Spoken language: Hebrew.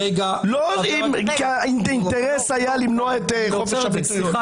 לא אם האינטרס היה למנוע את חופש הביטוי.